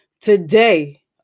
Today